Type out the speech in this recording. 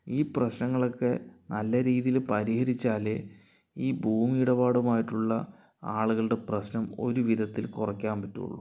ഈ പ്രശ്നങ്ങളൊക്കെ നല്ല രീതിയിൽ പരിഹരിച്ചാൽ ഈ ഭൂമി ഇടപാടുമായിട്ടുള്ള ആളുകളുടെ പ്രശ്നം ഒരുവിധത്തിൽ കുറയ്ക്കാൻ പറ്റുകയുള്ളൂ